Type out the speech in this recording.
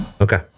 Okay